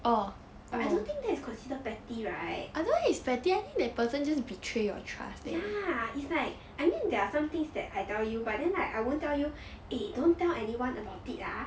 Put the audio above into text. but I don't think that is consider petty right ya is like I mean there are some things that I tell you but then like I won't tell you eh don't tell anyone about it ah